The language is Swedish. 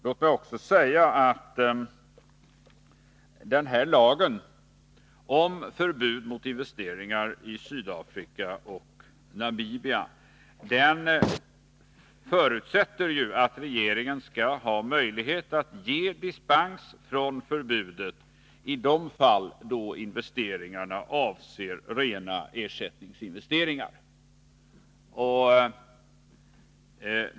Låt mig också säga att den här lagen om förbud mot investeringar i Sydafrika och Namibia förutsätter att regeringen skall ha möjlighet att ge dispens från förbudet i de fall då investeringarna avser rena ersättningsinvesteringar.